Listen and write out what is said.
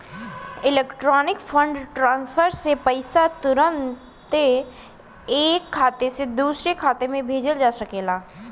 electronic fund transfer से पईसा तुरन्ते ऐक खाते से दुसरे खाते में भेजल जा सकेला